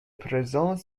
présente